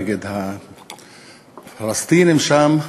נגד הפלסטינים שם,